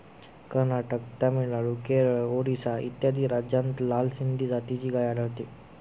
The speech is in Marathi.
कर्नाटक, तामिळनाडू, केरळ, ओरिसा इत्यादी राज्यांत लाल सिंधी जातीची गाय आढळते